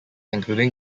including